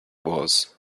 was